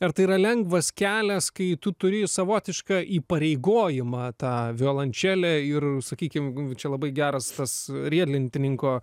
ar tai yra lengvas kelias kai tu turi savotišką įpareigojimą tą violončelę ir sakykim čia labai geras tas riedlentininko